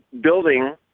building